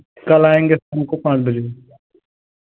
कल आएंगे शाम को पाँच बजे